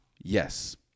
Yes